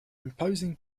imposing